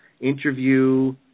interview